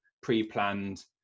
pre-planned